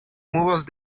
muros